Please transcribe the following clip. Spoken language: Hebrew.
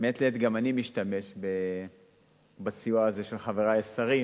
מעת לעת גם אני משתמש בסיוע הזה של חברי השרים,